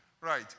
Right